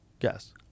Yes